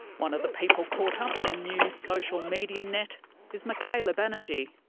one of the people caught up in the new social media net is michaela banerji.